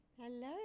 Hello